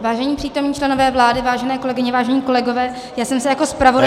Vážení přítomní členové vlády, vážené kolegyně, vážení kolegové, já jsem se jako zpravodajka